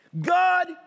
God